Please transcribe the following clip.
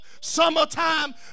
summertime